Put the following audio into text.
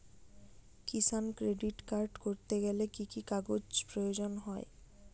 কিষান credit card করতে গেলে কি কি কাগজ প্রয়োজন হয়?